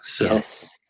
Yes